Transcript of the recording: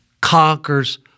conquers